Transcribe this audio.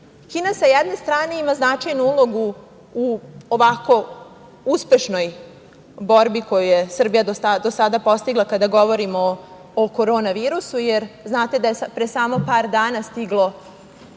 sa jedne strane ima značajnu ulogu u ovako uspešnoj borbi koju je Srbija do sada postigla, kada govorimo o korona virusu, jer znate da je pre samo par dana stiglo